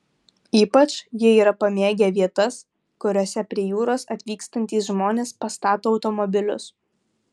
ypač jie yra pamėgę vietas kuriose prie jūros atvykstantys žmones pastato automobilius